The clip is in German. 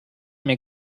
mir